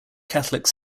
catholic